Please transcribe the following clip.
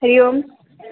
Hari Om